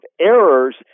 errors